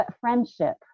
friendship